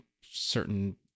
certain